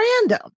random